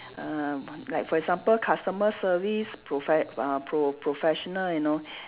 err like for example customer service profe~ uh pro~ professional you know